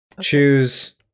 choose